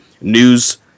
news